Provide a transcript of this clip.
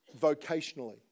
vocationally